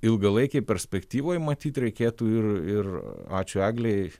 ilgalaikėj perspektyvoj matyt reikėtų ir ir ačiū eglei